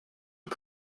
are